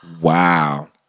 Wow